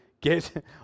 get